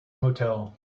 motel